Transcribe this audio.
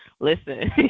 listen